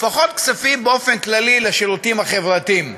פחות כספים באופן כללי לשירותים החברתיים.